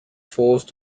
forced